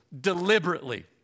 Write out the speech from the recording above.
deliberately